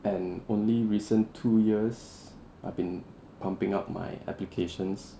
and only recent two years I've been pumping up my applications